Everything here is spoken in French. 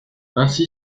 ainsi